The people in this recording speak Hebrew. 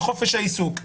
בחופש העיסוק,